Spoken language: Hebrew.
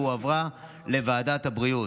והועברה לוועדת הבריאות.